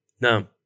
No